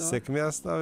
sėkmės tau